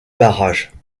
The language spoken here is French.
barrages